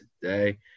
today